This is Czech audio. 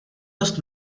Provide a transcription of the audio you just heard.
dost